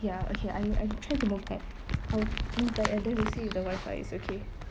ya okay I I try to move back I'll move back and then we'll see if the wifi it's okay